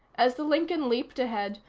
as the lincoln leaped ahead,